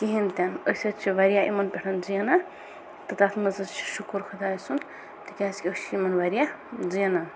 کِہِنۍ تہِ نہٕ أسۍ حظ چھِ واریاہ یِمن پٮ۪ٹھ زینان تہٕ تَتھ منٛز حظ چھُ شُکُر خۄداے سُند تِکیازِ کہِ أسۍ چھِ یِمن واریاہ زینان